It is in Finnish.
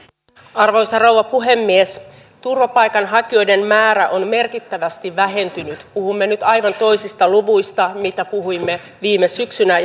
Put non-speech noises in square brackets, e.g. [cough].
arvoisa rouva puhemies turvapaikanhakijoiden määrä on merkittävästi vähentynyt puhumme nyt aivan toisista luvuista kuin mistä puhuimme viime syksynä [unintelligible]